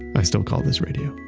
i still call this radio.